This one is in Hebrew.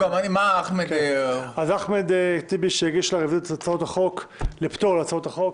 אחמד טיבי הגיש רביזיות על הפטור להצעות החוק.